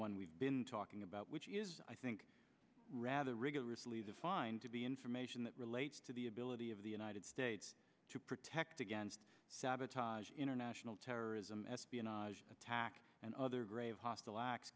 one we've been talking about which is i think rather rigorously defined to be information that relates to the ability of the united states to protect against sabotage international terrorism espionage attack and other grave hostile acts